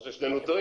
או ששנינו טועים.